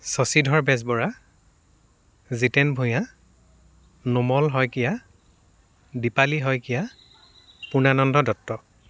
Sashidhar Bezbaruah Jiten Bhuyan Numal Saikia Dipali Saikia Purnananda Dutta